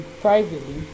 privately